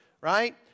right